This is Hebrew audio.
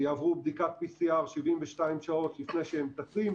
יעברו בדיקת PCR 72 שעות לפני שהם טסים.